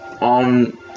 on